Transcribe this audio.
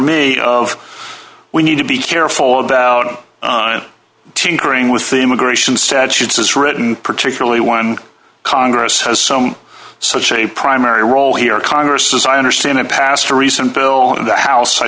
me of we need to be careful about tinkering with the immigration statutes as written particularly one congress has some such a primary role here congress as i understand it passed a recent bill in the house i